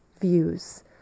views